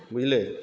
ବୁଝ୍ଲେ